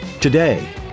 Today